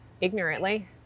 ignorantly